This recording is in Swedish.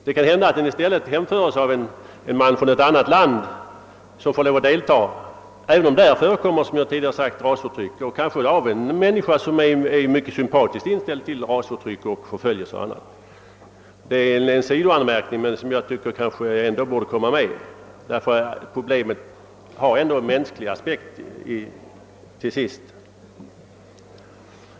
Det kan hända att den i stället hemförs av en man från ett annat land som får lov att delta, även om där också förekommer rasförtryck; kanske gäller det en människa som är mycket sympatiskt inställd till rasförtryck och liknande förföljelse. Det är en sidoanmärkning som jag tycker i alla fall borde komma med i detta sammanhang, därför att problemet har ändå till sist mänskliga aspekter, individuellt mänskliga aspekter.